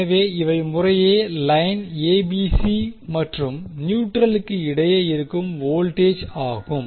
எனவே இவை முறையே லைன் எ பி சி மற்றும் நியூட்ரளுக்கு நியூட்ரல் இடையே இருக்கும் வோல்டேஜ் ஆகும்